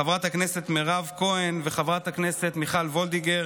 חברת הכנסת מירב כהן וחברת הכנסת מיכל וולדיגר,